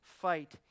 fight